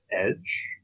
edge